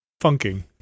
funking